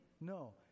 no